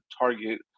target –